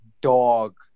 dog